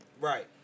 Right